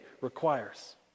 requires